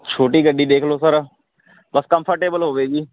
ਛੋਟੀ ਗੱਡੀ ਦੇਖ ਲਓ ਸਰ ਬਸ ਕੰਫਰਟੇਬਲ ਹੋਵੇ ਜੀ